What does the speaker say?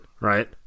right